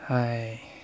!hais!